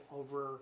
over